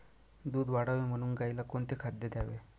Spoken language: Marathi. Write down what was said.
दूध वाढावे म्हणून गाईला कोणते खाद्य द्यावे?